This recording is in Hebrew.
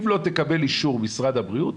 אם אתה לא מקבל אישור משרד הבריאות,